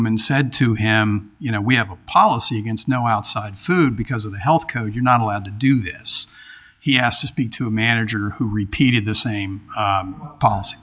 him and said to him you know we have a policy against no outside food because of the health code you're not allowed to do this he asked to speak to a manager who repeated the same